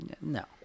no